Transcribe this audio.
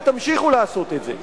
ותמשיכו לעשות את זה.